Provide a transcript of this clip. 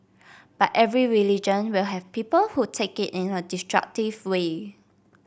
but every religion will have people who take in a destructive way